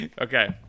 okay